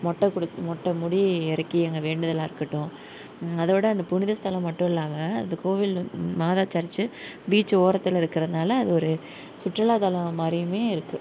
மொட்டை குடுத் மொட்டை முடி இறக்கி அங்கே வேண்டுதலாக இருக்கட்டும் அதோடு அந்த புனித ஸ்தலம் மட்டும் இல்லாமல் அந்த கோயில் மாதா சர்ச்சு பீச் ஓரத்தில் இருக்கிறதால அது ஒரு சுற்றுலாத்தலம் மாதிரியுமே இருக்குது